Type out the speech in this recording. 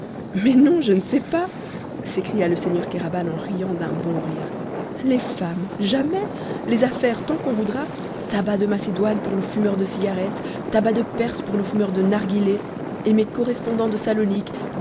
mais non je ne sais pas s'écria le seigneur kéraban en riant d'un bon rire les femmes jamais les affaires tant qu'on voudra tabacs de macédoine pour nos fumeurs de cigarettes tabacs de perse pour nos fumeurs de narghilés et mes correspondants de